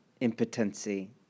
impotency